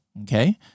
okay